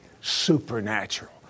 supernatural